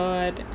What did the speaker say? oh god